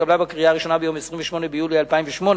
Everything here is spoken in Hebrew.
התקבלה בקריאה הראשונה ביום 28 ביולי 2008,